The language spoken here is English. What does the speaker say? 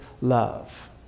love